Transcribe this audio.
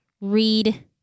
Read